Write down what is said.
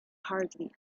hardly